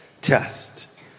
test